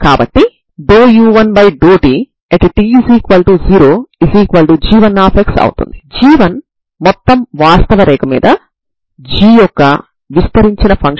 కాబట్టి ఈ సమీకరణం c1cos μa c2sin μa 0 నుండి c1 c2sin μa cos μa అవ్వడాన్ని మీరు చూడవచ్చు